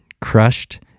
crushed